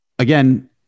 Again